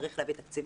צריך להביא תקציבים,